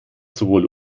sowohl